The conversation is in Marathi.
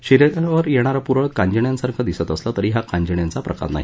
शरीरावर येणारे पुरळ कांजिण्यांसारखं दिसत असलं तरी हा कांजिण्यांचा प्रकार नाही